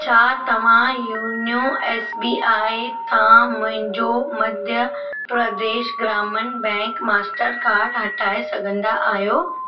छा तव्हां युन्यो एस बी आई तां मुंहिंजो मध्य प्रदेश ग्रामिन बैंक मास्टरकार्ड हटाए सघंदा आहियो